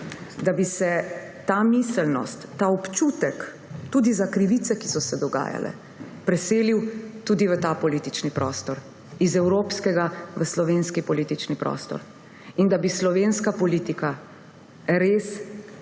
da bi se ta miselnost, ta občutek, tudi za krivice, ki so se dogajale, preselil tudi v ta politični prostor, iz evropskega v slovenski politični prostor, in da bi slovenska politika res